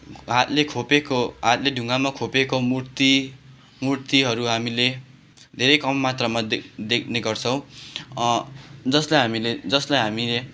हातले खोपेको हातले ढुङ्गामा खोपेको मूर्ति मूर्तिहरू हामीले धेरै कम मात्रामा देख देख्ने गर्छौँ जसलाई हामीले जसलाई हामीले